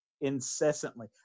incessantly